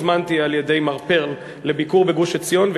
הוזמנתי על-ידי מר פרל לביקור בגוש-עציון,